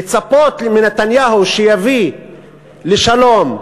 לצפות מנתניהו שיביא לשלום,